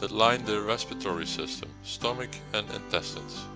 that line the respiratory system, stomach and intestines.